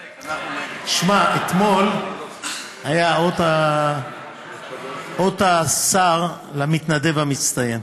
שמע, אתמול היה אות השר למתנדב המצטיין.